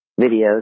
videos